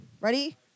Ready